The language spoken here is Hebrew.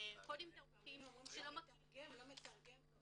בקודים תרבותיים -- לפעמים אומרים שהמתרגם לא מתרגם טוב,